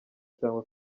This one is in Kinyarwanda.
cyangwa